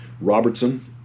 Robertson